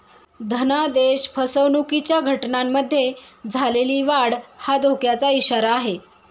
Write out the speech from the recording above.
धनादेश फसवणुकीच्या घटनांमध्ये झालेली वाढ हा धोक्याचा इशारा आहे